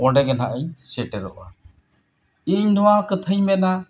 ᱚᱸᱰᱮ ᱜᱮ ᱦᱟᱸᱜ ᱤᱧ ᱥᱮᱴᱮᱨᱚᱜᱼᱟ ᱤᱧ ᱱᱚᱣᱟ ᱠᱟᱛᱷᱟᱧ ᱢᱮᱱᱟ